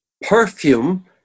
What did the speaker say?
Perfume